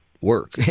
work